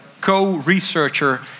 co-researcher